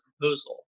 proposal